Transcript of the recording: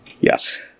Yes